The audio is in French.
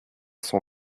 son